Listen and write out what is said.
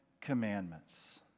commandments